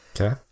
Okay